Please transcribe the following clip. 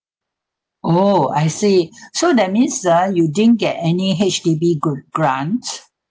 oh I see so that means ah you didn't get any H_D_B group grant